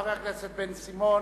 חבר הכנסת בן-סימון.